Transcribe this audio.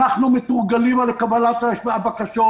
אנחנו מתורגלים בקבלת הבקשות,